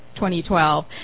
2012